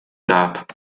gab